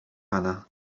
pana